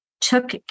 took